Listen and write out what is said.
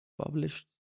published